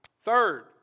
Third